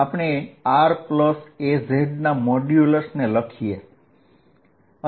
તો ra zr2a22arcosθ12 લખી શકીએ